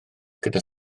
gyda